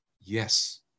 Yes